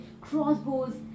crossbows